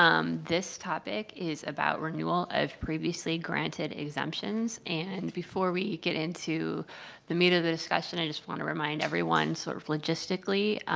um this topic is about renewal of previously granted exemptions. and before we get into the meat of the discussion, i just want to remind everyone, sort of logistically,